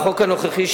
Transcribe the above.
החוק הנוכחי,